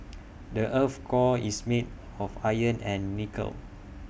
the Earth's core is made of iron and nickel